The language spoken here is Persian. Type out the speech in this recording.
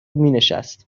مینشست